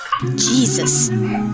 Jesus